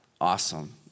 awesome